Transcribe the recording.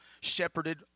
shepherded